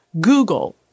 Google